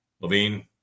Levine